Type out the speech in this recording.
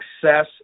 success